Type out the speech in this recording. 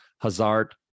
Hazard